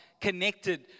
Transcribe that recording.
connected